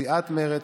מסיעת מרצ,